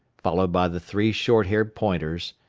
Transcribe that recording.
followed by the three short-haired pointers,